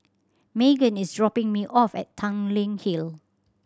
Meaghan is dropping me off at Tanglin Hill